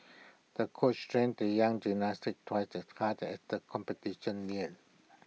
the coach trained the young gymnast twice as hard as the competition neared